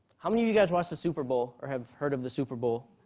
how many of you guys watch the super bowl or have heard of the super bowl?